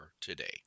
today